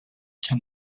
can